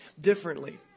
differently